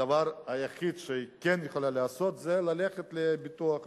הדבר היחיד שהיא כן יכולה לעשות זה ללכת לביטוח לאומי,